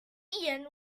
ian